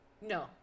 no